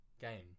game